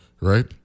right